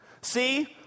See